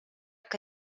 que